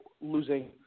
losing